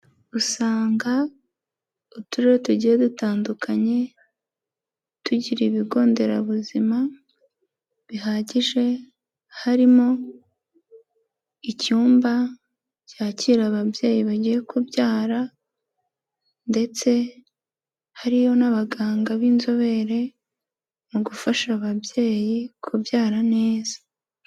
Usanga uturere tugiye dutandukanye tugira ibigo nderabuzima bihagije, harimo icyumba cyakira ababyeyi bagiye kubyara ndetse hariyo n'abaganga b'inzobere mu gufasha ababyeyi kubyara neza.